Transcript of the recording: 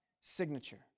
signature